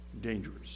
Dangerous